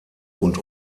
und